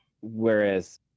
whereas